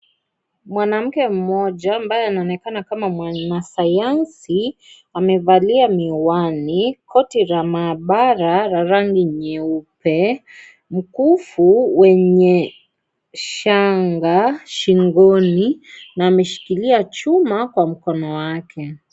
Mwanamke mmoja ambaye anaonekana kama mwana sayansi amevalia miwani koti la maabara la rangi nyeupe mkufu wenye shanga shingoni na ameshikilia chuma kwa mkono wake.